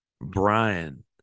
Brian